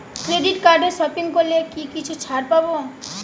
Credit কার্ডে shopping করলে কি কিছু ছাড় পাব?